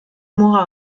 muga